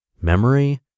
memory